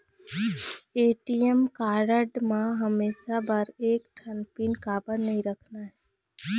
ATM card म हमेशा बर एक ठन पिन काबर नई रखना हे?